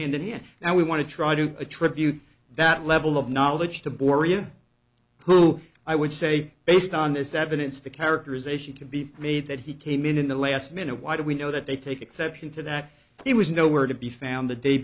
hand in hand and we want to try to attribute that level of knowledge to boria who i would say based on this evidence the characterization could be made that he came in in the last minute why do we know that they take exception to that he was nowhere to be found the day